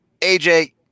AJ